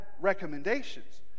recommendations